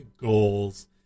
goals